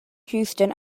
houston